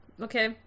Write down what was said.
okay